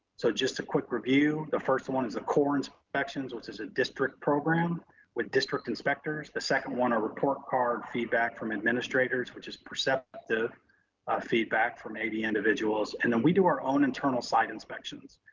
so just a quick review, the first one is a core and inspections, which is a district program with district inspectors. the second one, our report card feedback from administrators, which is perceptive feedback from eighty individuals. and then we do our own internal site inspections.